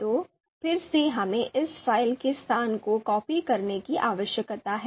तो फिर से हमें इस फ़ाइल के स्थान को कॉपी करने की आवश्यकता है